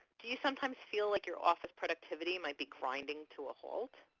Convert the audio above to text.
do you sometimes feel like your office productivity might be grinding to a halt?